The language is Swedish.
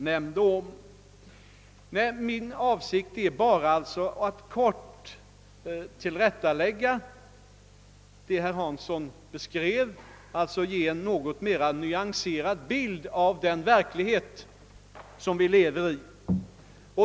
Nej, min avsikt är bara att göra ett kort tillrättaläggande av det herr Hansson beskrev och alltså ge en något mer nyanserad bild av den verklighet vi lever i.